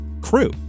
crew